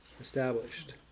established